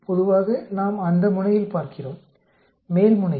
பொதுவாக நாம் அந்த முனையில் பார்க்கிறோம் மேல்முனையில்